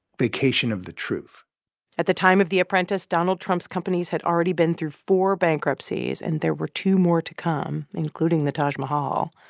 vacation of the truth at the time of the apprentice, donald trump's companies had already been through four bankruptcies. and there were two more to come, including the taj mahal.